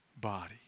body